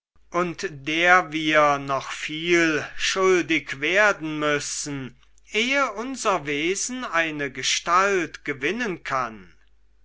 und der wir noch viel schuldig werden müssen ehe unser wesen eine gestalt gewinnen kann